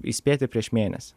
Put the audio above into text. įspėti prieš mėnesį